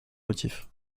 motif